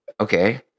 Okay